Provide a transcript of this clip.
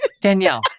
Danielle